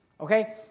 Okay